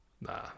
Nah